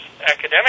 academic